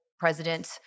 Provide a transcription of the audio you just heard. president